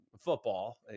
football